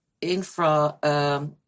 infra